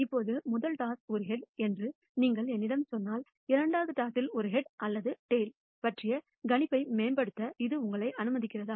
இப்போது முதல் டாஸ் ஒரு ஹெட் என்று நீங்கள் என்னிடம் சொன்னால் இரண்டாவது டாஸில் ஒரு ஹெட் அல்லது டைல் பற்றிய கணிப்பை மேம்படுத்த இது உங்களை அனுமதிக்கிறதா